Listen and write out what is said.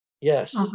yes